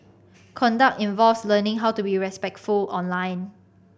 conduct involves learning how to be respectful online